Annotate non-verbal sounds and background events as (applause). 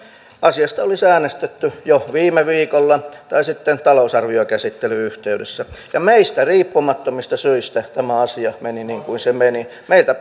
asiasta olisi äänestetty jo viime viikolla tai sitten talousarvion käsittelyn yhteydessä meistä riippumattomista syistä tämä asia meni niin kuin se meni meiltä (unintelligible)